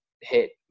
hit